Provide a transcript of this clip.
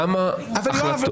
כמה החלטות --- גם מספרים.